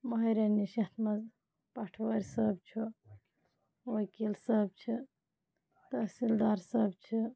مٲہِرَن نِش یَتھ منٛز پَٹھوٲرۍ صٲب چھُ وکیٖل صٲب چھِ تحصیٖل دار صٲب چھِ